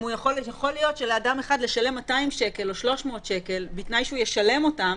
יכול להיות שלאדם אחד לשלם 200 או 300 שקל בתנאי שהוא ישלם אותם